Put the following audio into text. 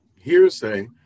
hearsay